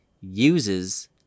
uses